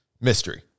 mystery